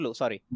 sorry